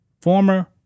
Former